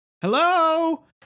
hello